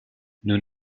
nous